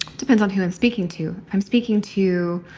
depends on who i'm speaking to. i'm speaking to